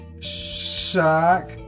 shock